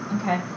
Okay